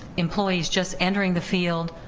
employee's just entering the field,